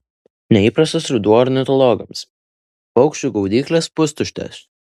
neįprastas ruduo ornitologams paukščių gaudyklės pustuštės